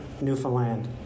Newfoundland